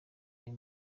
ayo